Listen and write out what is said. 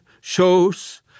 shows